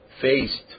faced